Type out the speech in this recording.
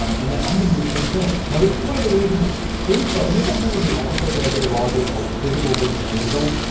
um and then i'm gonna do the same thing. now this is one of the reasons, info, you guys remember the episode that i did a while ago called physical versus digital.